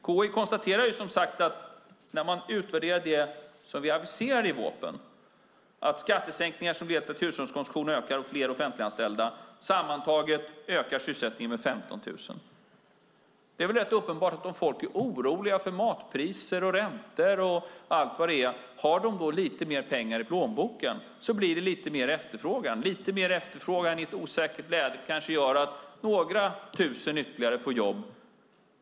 KI konstaterar, som sagt, när man utvärderar det som vi aviserade i vårpropositionen, att skattesänkningar som leder till att hushållens konsumtion ökar och fler offentliganställda sammantaget ökar sysselsättningen med 15 000. Det är väl rätt uppenbart hur det är om folk är oroliga för matpriser och räntor och allt vad det är. Har de lite mer pengar i plånboken blir det lite mer efterfrågan. Lite mer efterfrågan i ett osäkert läge kanske gör att några tusen ytterligare får jobb.